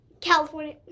california